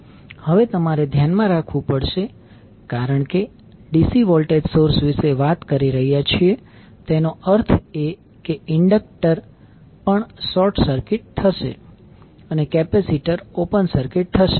હવે તમારે ધ્યાનમાં રાખવું પડશે કારણ કે આપણે DC વોલ્ટેજ સોર્સ વિશે વાત કરી રહ્યા છીએ તેનો અર્થ એ કે ઇન્ડક્ટર પણ શોર્ટ સર્કિટ થશે અને કેપેસિટર ઓપન સર્કિટ થશે